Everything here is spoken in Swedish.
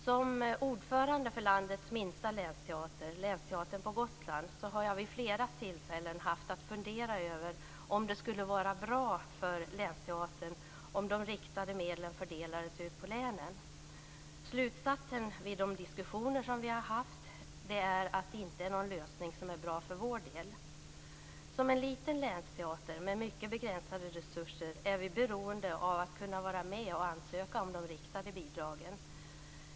Som ordförande för landets minsta länsteater, länsteatern på Gotland, har jag vid flera tillfällen haft att fundera över om det skulle vara bra för länsteatern om de riktade medlen fördelades ut på länen. Slutsatsen av de diskussioner som vi har haft är att det inte är någon lösning som är bra för vår del. Som en liten länsteater med mycket begränsade resurser är vi beroende av att kunna vara med och ansöka om de riktade bidragen.